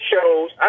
shows